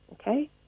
Okay